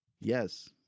Yes